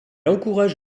encourage